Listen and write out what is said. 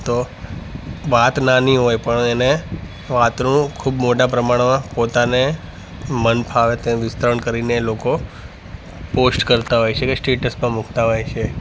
તો વાત નાની હોય પણ એને વાતનું ખૂબ મોટા પ્રમાણમાં પોતાને મન ફાવે તે વિસ્તરણ કરીને લોકો પોસ્ટ કરતાં હોય છે કે સ્ટેટ્સ પણ મૂકતાં હોય છે